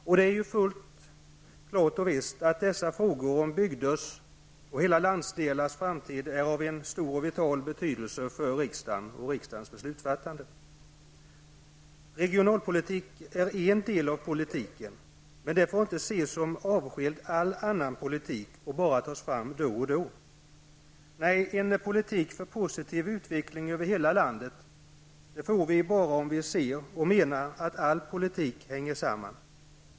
Och det är fullt klart att dessa frågor om bygders och hela landsdelars framtid är av stor och vital betydelse för riksdagen och riksdagens beslutsfattande. Regionalpolitik är en del av politiken, men den får inte ses avskild från all annan politik och bara tas fram då och då. Nej, en politik för positiv utveckling över hela landet får vi bara om vi ser och menar att all politik hänger samman.